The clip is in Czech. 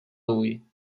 lůj